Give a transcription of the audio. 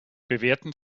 bewerten